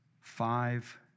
five